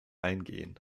eingehen